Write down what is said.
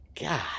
god